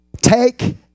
Take